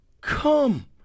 come